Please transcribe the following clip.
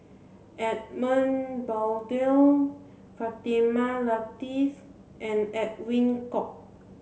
Edmund Blundell Fatimah Lateef and Edwin Koek